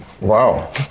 Wow